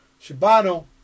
Shibano